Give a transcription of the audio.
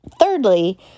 Thirdly